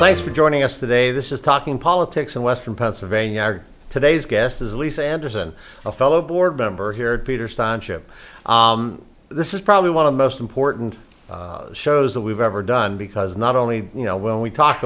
thanks for joining us today this is talking politics in western pennsylvania today's guest is lisa anderson a fellow board member here peter sonship this is probably one of the most important shows that we've ever done because not only you know when we talk